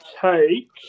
take